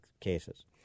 cases